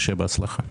שיהיה בהצלחה.